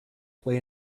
play